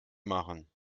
machen